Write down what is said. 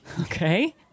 Okay